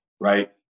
right